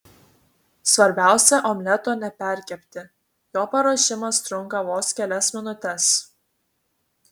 svarbiausia omleto neperkepti jo paruošimas trunka vos kelias minutes